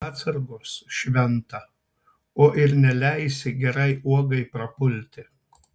atsargos šventa o ir neleisi gerai uogai prapulti